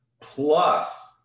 plus